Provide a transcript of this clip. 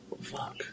Fuck